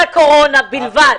הקורונה בלבד.